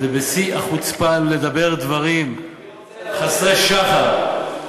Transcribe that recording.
ובשיא החוצפה לדבר דברים חסרי שחר,